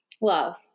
love